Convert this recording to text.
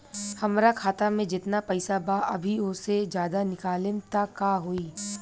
हमरा खाता मे जेतना पईसा बा अभीओसे ज्यादा निकालेम त का होई?